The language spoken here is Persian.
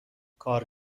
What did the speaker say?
کار